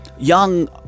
young